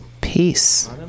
Peace